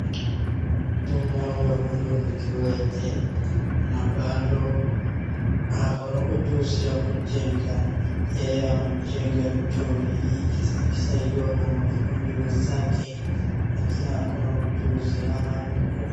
Mwanaume huyu ni kiwete na bado ako na ujuzi ya kujenga, yeye amejenga choo hii akisaidiwa na mafundi wenzake, lakini ako na ujuzi hana mguu.